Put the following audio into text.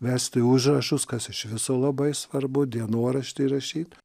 vesti užrašus kas iš viso labai svarbu dienoraštį rašyt